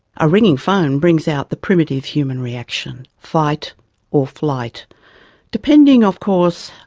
a ringing phone brings out the primitive human reaction fight or flight depending, of course,